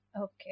Okay